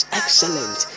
excellent